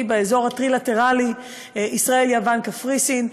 מאוד באזור הטרילטרלי ישראל-יוון-קפריסין.